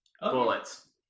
bullets